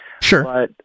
Sure